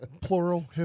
Plural